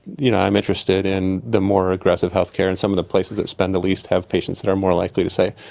you know, i'm interested in the more aggressive healthcare and some of the places that spend the least have patients that are more likely to say,